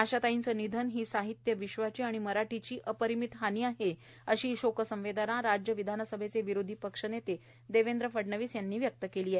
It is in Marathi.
आशाताईचे निधन ही साहित्य विश्वाची आणि मराठीची अपरिमित हानी आहे अशी शोकसंवेदना राज्य विधानसभेचे विरोधी पक्षनेते देवेंद्र फडणवीस यांनी व्यक्त केली आहे